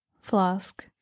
Flask